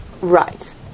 right